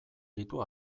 ditu